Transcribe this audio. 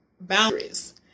boundaries